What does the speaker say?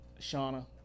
Shauna